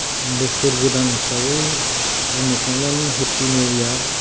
बोसोर गोदान हिसाबै बुंनो थांनानै हेपि निउ यार